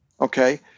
okay